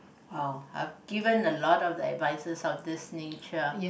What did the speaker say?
oh I've given a lot of that advises of this nature